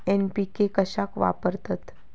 NPK कशाक वापरतत?